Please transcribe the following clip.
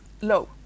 low